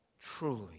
truly